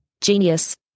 Genius